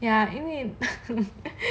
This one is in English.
ya 因为